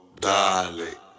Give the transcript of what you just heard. dale